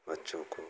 बच्चों को